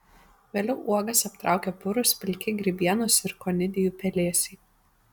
vėliau uogas aptraukia purūs pilki grybienos ir konidijų pelėsiai